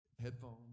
headphones